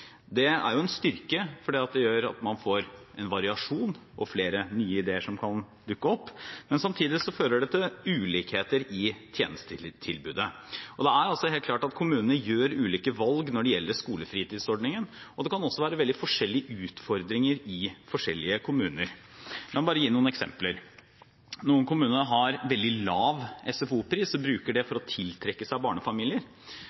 Det er en styrke, for det gjør at man får en variasjon og flere nye ideer som kan dukke opp, men samtidig fører det til ulikheter i tjenestetilbudet. Det er helt klart at kommunene gjør ulike valg når det gjelder skolefritidsordningen, og det kan også være veldig forskjellige utfordringer i forskjellige kommuner. La meg gi noen eksempler: Noen kommuner har veldig lav SFO-pris og bruker det